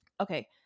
okay